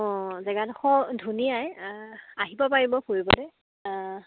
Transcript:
অঁ জেগাডোখৰ ধুনীয়াই আহিব পাৰিব ফুৰিবলৈ